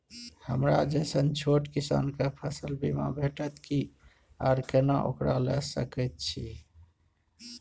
हमरा जैसन छोट किसान के फसल बीमा भेटत कि आर केना ओकरा लैय सकैय छि?